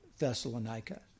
Thessalonica